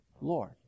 Lord